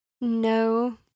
No